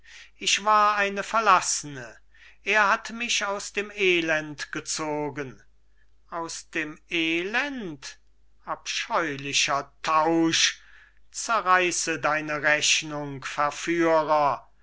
legen ich war eine verlassene er hat mich aus dem elend gezogen aus dem elend abscheulicher tausch zerreiße deine rechnung verführer